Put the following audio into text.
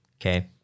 okay